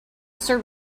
served